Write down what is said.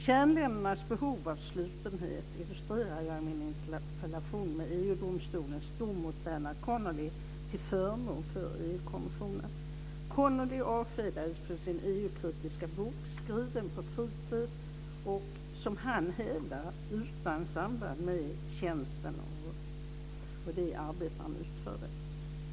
Kärnländernas behov av slutenhet illustrerade jag i min interpellation med EU-domstolens dom mot Connolly avskedades för sin EU-kritiska bok, skriver på fritid och - som han hävdar - utan samband med tjänsten och det arbete som han utförde.